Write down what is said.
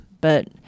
But-